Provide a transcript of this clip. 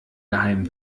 geheimen